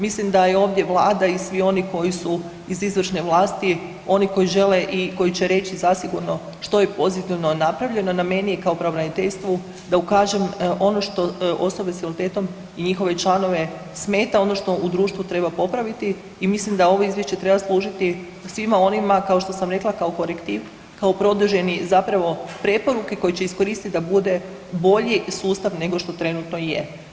Mislim da je ovdje Vlada i svi oni koji su iz izvršne vlasti oni koji žele i koji će reći zasigurno što je pozitivno napravljeno, na meni je kao pravobraniteljstvu da ukažem ono što osobe s invaliditetom i njihove članove smeta, ono što u društvu treba popraviti i mislim da ovo izvješće treba služiti svima onima kao što sam rekla, kao korektiv, kao produžene zapravo preporuke koje će iskoristi da bude bolji sustav nego što trenutno je.